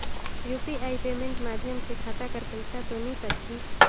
UPI payment माध्यम से खाता कर पइसा तो नी कटही?